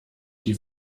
die